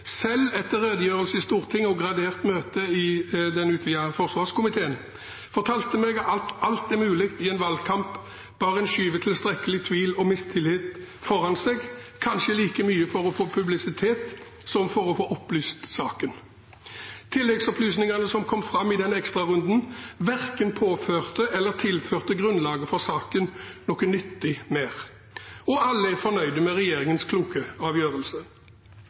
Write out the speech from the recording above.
selv etter redegjørelse i Stortinget og gradert møte i den utvidede forsvarskomiteen, fortalte meg at alt er mulig i en valgkamp bare en skyver tilstrekkelig tvil og mistillit foran seg – kanskje like mye for å få publisitet som for å få opplyst saken. Tilleggsopplysningene som kom fram i ekstrarunden, verken påførte eller tilførte grunnlaget for saken noe nyttig mer. Og alle er fornøyd med regjeringens kloke avgjørelse.